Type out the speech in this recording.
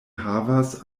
havas